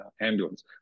ambulance